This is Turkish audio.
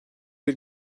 bir